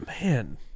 man